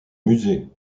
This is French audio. musée